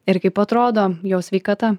ir kaip atrodo jo sveikata